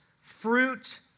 fruit